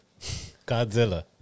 Godzilla